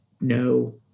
no